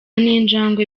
n’injangwe